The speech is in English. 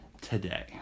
today